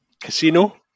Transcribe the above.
Casino